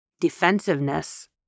defensiveness